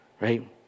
right